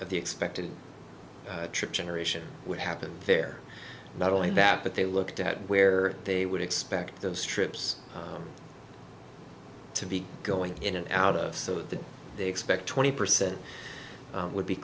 of the expected trip generation would happen there not only that but they looked at where they would expect those trips to be going in and out of so that they expect twenty percent would be